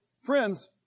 Friends